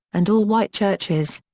and all-white churches.